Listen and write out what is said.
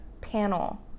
panel